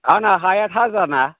आंना हाया थाजा ना